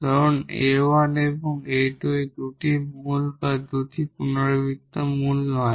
ধরুন 𝑎1 এবং 𝑎2 এই দুটি রুট বা দুটি রিপিটেড রুট নয়